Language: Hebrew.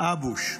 "אבוש,